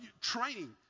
training